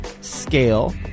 scale